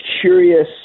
curious